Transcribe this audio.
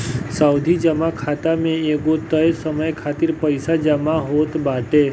सावधि जमा खाता में एगो तय समय खातिर पईसा जमा होत बाटे